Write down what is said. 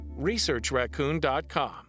ResearchRaccoon.com